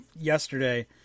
yesterday